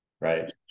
right